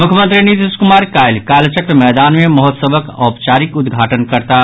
मुख्यमंत्री नीतीश कुमार काल्हि कालचक्र मैदान मे महोत्सवक औपचारिक उद्घाटन करताह